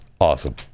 awesome